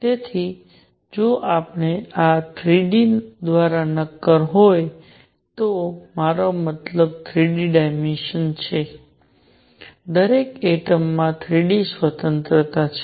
તેથી જો આ 3 d દ્વારા નક્કર હોય તો મારો મતલબ 3 d ડાયમેન્સનલ છે દરેક એટમમાં 3 d સ્વતંત્રતા છે